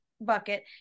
bucket